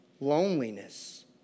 loneliness